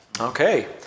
Okay